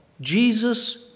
Jesus